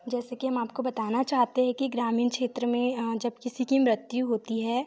जैसे कि हम आपको बताना चाहते हैं कि ग्रामीण क्षेत्र में जब किसी मृत्यु होती है